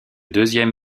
deuxième